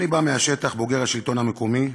אני בא מהשטח, בוגר השלטון המקומי.